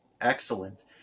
Excellent